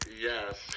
Yes